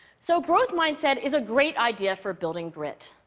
so growth mindset is a great idea for building grit.